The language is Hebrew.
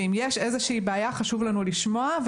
ואם יש איזו בעיה חשוב לנו לשמוע.